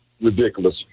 ridiculous